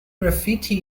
graffiti